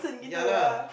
yeah lah